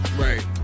Right